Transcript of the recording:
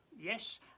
Yes